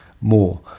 more